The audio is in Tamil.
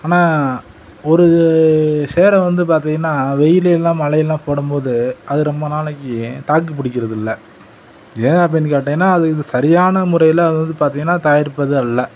ஆனால் ஒரு சேரை வந்து பார்த்திங்கன்னா வெயிலில் எல்லாம் மழையிலலாம் போடும்போது அது ரொம்ப நாளைக்கு தாக்கு பிடிக்கிறதில்ல ஏன் அப்படின்னு கேட்டிங்கன்னா அது இது சரியான முறையில் அது வந்து பார்த்திங்கன்னா தயாரிப்பது இல்ல